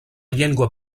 llengua